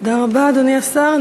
תודה רבה, אדוני השר.